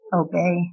obey